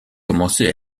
commencé